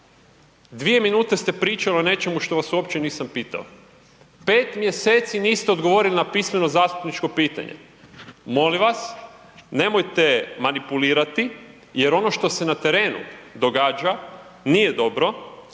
Dvije minute ste pričali o nečemu što vas uopće nisam pitao. Pet mjeseci niste odgovorili na pismeno zastupničko pitanje, molim vas nemojte manipulirati jer ono što se na terenu događa nije dobro.